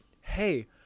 hey